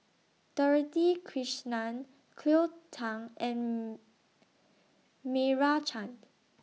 Dorothy Krishnan Cleo Thang and Meira Chand